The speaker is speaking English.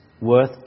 worth